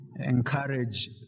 encourage